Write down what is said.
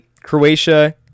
Croatia